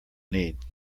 need